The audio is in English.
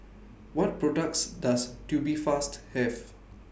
What products Does Tubifast Have